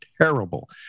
terrible